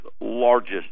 largest